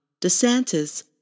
DeSantis